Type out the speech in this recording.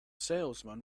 salesman